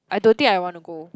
I don't think I want to go